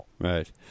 Right